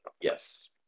Yes